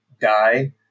die